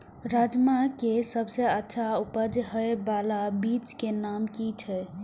राजमा के सबसे अच्छा उपज हे वाला बीज के नाम की छे?